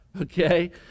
okay